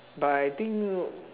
but I think